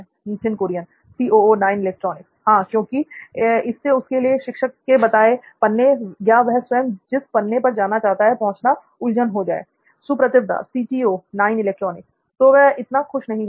नित्थिन कुरियन हां क्योंकि शायद इससे उसके लिए शिक्षक के बताए पन्ने या वह स्वयं जिस पन्ने पर जाना जाता है पहुंचना उलझन हो जाए l सुप्रतिव दास तब वह इतना खुश नहीं होगा